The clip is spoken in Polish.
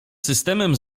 systemem